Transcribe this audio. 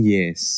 Yes